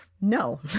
no